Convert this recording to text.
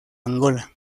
angola